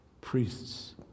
priests